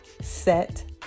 set